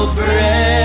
breath